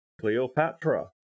cleopatra